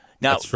Now